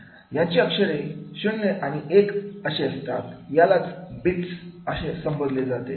याची अक्षरे 0 आणि एक असतात यालाच बिट्स असे संबोधले जाते